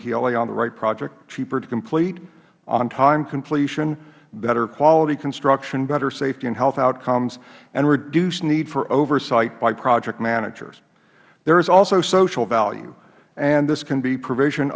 pla on the right project cheaper to complete on time completion better quality construction better safety and health outcomes and reduced need for oversight by project managers there is also social value and this can be pr